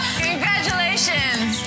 Congratulations